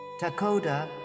Takoda